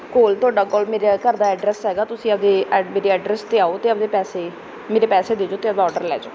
ਕੋਲ ਤੁਹਾਡਾ ਕੋਲ ਮੇਰਾ ਘਰ ਦਾ ਐਡਰੈਸ ਹੈਗਾ ਤੁਸੀਂ ਆਪਣੇ ਐਡ ਮੇਰੇ ਐਡਰੈਸ 'ਤੇ ਆਓ ਅਤੇ ਆਪਣੇ ਪੈਸੇ ਮੇਰੇ ਪੈਸੇ ਦੇ ਜਾਓ ਅਤੇ ਆਪਣਾ ਓਡਰ ਲੈ ਜਾਓ